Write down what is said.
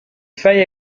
failles